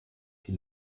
die